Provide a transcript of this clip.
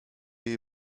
jej